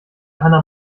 hanna